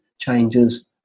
changes